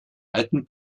alten